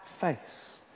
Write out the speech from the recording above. face